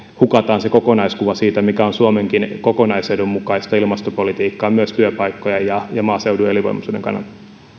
hukataan kokonaiskuva siitä mikä on suomenkin kokonaisedun mukaista ilmastopolitiikkaa myös työpaikkojen ja maaseudun elinvoimaisuuden kannalta